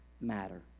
matter